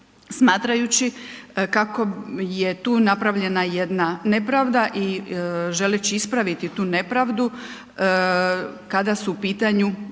smatrajući kako je tu napravljena jedna nepravda i želeći ispraviti tu nepravdu kada su u pitanju